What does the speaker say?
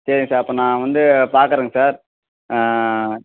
சரிங்க சார் அப்போ நான் வந்து பார்க்கறேங்க சார்